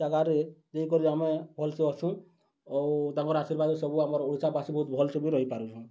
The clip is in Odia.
ଜାଗାରେ ଦେଇକରି ଆମେ ଭଲ୍ସେ ଅଛୁଁ ଆଉ ତାଙ୍କର୍ ଆଶୀର୍ବାଦ୍ରେ ସବୁ ଆମର୍ ଓଡ଼ିଶାବାସୀ ବହୁତ୍ ଭଲ୍ସେ ବି ରହିପାରୁଛୁଁ